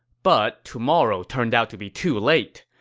but tomorrow turned out to be too late.